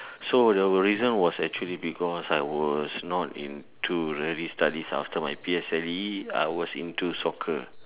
so the reason was actually because I was not into really studies after my P_S_L_E I was into soccer